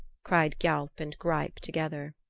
cried gialp and greip together.